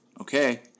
Okay